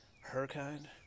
Her-kind